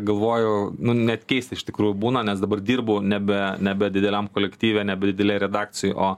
galvoju nu net keista iš tikrųjų būna nes dabar dirbu nebe nebe dideliam kolektyve nebe didelėj redakcijoj o